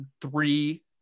three